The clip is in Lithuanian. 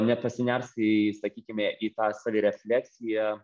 nepasiners į sakykime į tą savirefleksiją